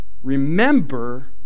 Remember